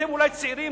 אתם אולי צעירים,